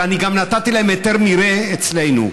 ואני גם נתתי להם היתר מרעה אצלנו.